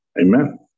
Amen